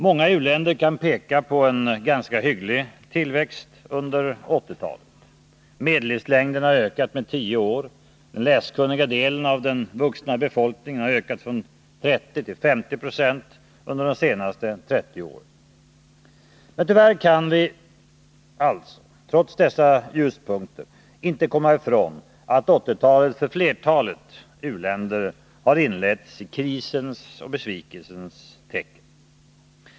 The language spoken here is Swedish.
Många u-länder kan peka på en ganska hygglig tillväxt under 1980-talet. Medellivslängden har ökat med tio år. Den läskunniga delen av den vuxna befolkningen har ökat från 30 till 50 26 under de senaste 30 åren. Men tyvärr kan vi — trots dessa ljuspunkter — inte komma ifrån att 1980-talet för flertalet u-länder har inletts i krisens och besvikelsens tecken.